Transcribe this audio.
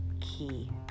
key